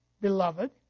beloved